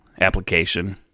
application